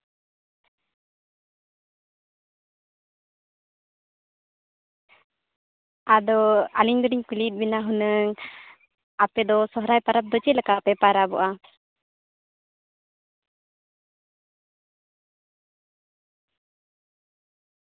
ᱟᱫᱚ ᱟᱹᱞᱤᱧ ᱫᱩᱞᱤᱧ ᱠᱩᱞᱤᱭᱮᱫ ᱵᱤᱱᱟ ᱦᱩᱱᱟᱹᱝ ᱟᱯᱮ ᱫᱚ ᱥᱚᱦᱚᱨᱟᱭ ᱯᱟᱨᱟᱵᱽ ᱫᱚ ᱪᱮᱫᱞᱮᱠᱟ ᱯᱮ ᱯᱟᱨᱟᱵᱚᱜᱼᱟ